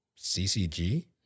CCG